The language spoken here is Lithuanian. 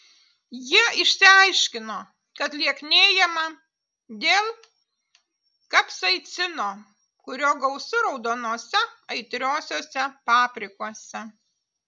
jie išsiaiškino kad lieknėjama dėl kapsaicino kurio gausu raudonose aitriosiose paprikose